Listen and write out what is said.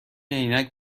عینک